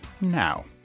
now